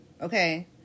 okay